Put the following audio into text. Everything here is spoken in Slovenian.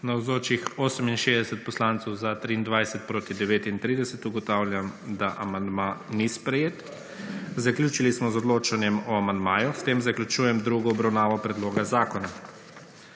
39. (Za je glasovalo 23.) (Proti 39.) Ugotavljam, da amandma ni sprejet. Zaključili smo z odločanjem o amandmaju. S tem zaključujem drugo obravnavo predloga zakona.